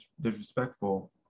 disrespectful